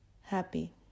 happy